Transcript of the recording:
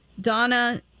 Donna